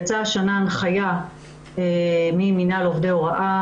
יצאה השנה הנחיה ממינהל עובדי הוראה